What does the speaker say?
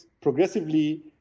progressively